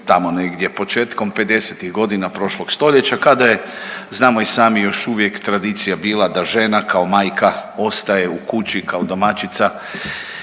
tamo negdje početkom 50-ih godina prošlog stoljeća kada je, znamo i sami, još uvijek tradicija bila da žena kao majka ostaje u kući kao domaćica